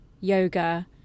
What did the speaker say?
yoga